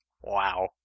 Wow